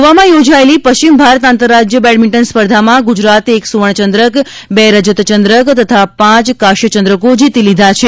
ગોવામાં યોજાયેલી પશ્ચિમ ભારત આંતર રાજ્ય બેડમિન્ટન સ્પર્ધામાં ગુજરાતે એક સુવર્ણચંદ્રક બે રજત ચંદ્રક તથા પાંચ કાંસ્ય ચંદ્રકો જીતી લીધા છે